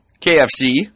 KFC